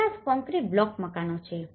50 concrete block મકાનો છે